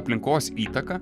aplinkos įtaka